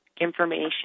information